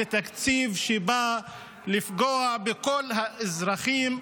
זה תקציב שבא לפגוע בכל האזרחים,